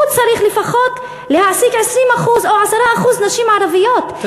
הוא צריך להעסיק לפחות 20% או 10% נשים ערביות,